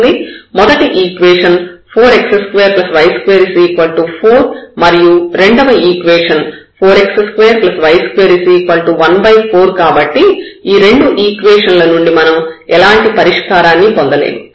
మొదటి equation 4x2y2 4 మరియు రెండవ ఈక్వేషన్ 4x2y214 కాబట్టి ఈ రెండు ఈక్వేషన్ ల నుండి మనం ఎలాంటి పరిష్కారాన్ని పొందలేము